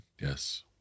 Yes